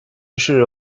于是